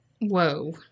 Whoa